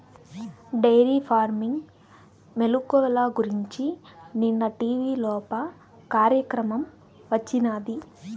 dairy farming మెలుకువల గురించి నిన్న టీవీలోప కార్యక్రమం వచ్చినాది